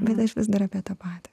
bet aš vis dar apie tą patį